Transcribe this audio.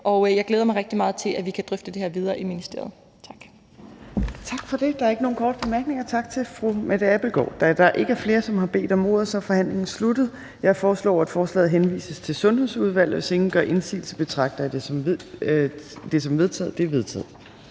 mig rigtig meget til, at vi kan drøfte det her videre i ministeriet. Tak.